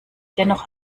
dennoch